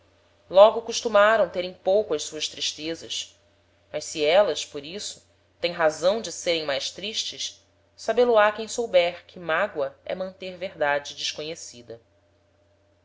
logo costumaram ter em pouco as suas tristezas mas se élas por isso teem razão de serem mais tristes sabê lo á quem souber que mágoa é manter verdade desconhecida